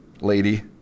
lady